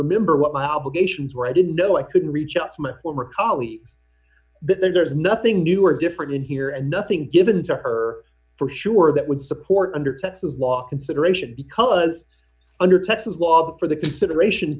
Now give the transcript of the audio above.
remember what my obligations were i didn't know i could reach out to my former colleagues but there's nothing new or different here and nothing given to her for sure that would support under texas law consideration because under texas law for the consideration